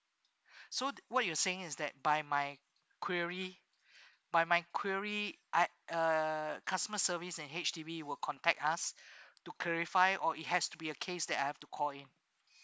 so what you're saying is that by my query by my query I uh customer service and H_D_B will contact us to clarify or it has to be a case that I have to call in